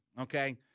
okay